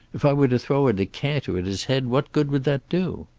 if i were to throw a decanter at his head, what good would that do?